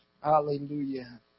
Hallelujah